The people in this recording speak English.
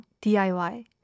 DIY